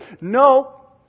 No